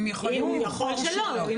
הם יכולים לבחור שלא.